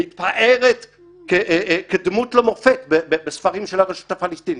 מפוארת כדמות למופת בספרים של הרשות הפלסטינית.